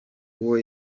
nk’uwo